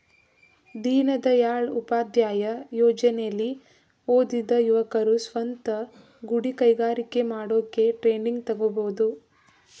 ದೀನದಯಾಳ್ ಉಪಾಧ್ಯಾಯ ಯೋಜನೆಲಿ ಓದಿದ ಯುವಕರು ಸ್ವಂತ ಗುಡಿ ಕೈಗಾರಿಕೆ ಮಾಡೋಕೆ ಟ್ರೈನಿಂಗ್ ತಗೋಬೋದು